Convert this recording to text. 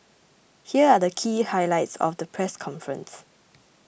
here are the key highlights of the press conference